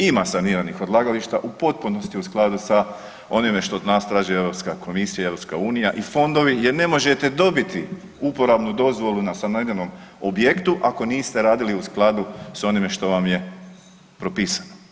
Ima saniranih odlagališta u potpunosti u skladu sa onime što od nas traži Europska komisija i Europska unija i fondovi jer ne možete dobiti uporabnu dozvolu na navedenom objektu ako niste radili u skladu sa onime što vam je propisano.